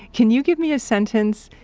can you give me a sentence,